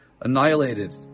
annihilated